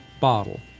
bottle